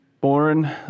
Born